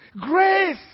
Grace